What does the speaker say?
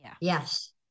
Yes